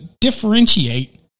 differentiate